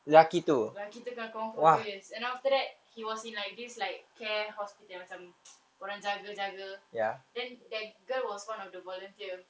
lelaki tu kena coma for two years and after that he was in like this like care hospital macam orang jaga then that girl was one of the volunteer